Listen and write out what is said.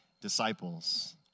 disciples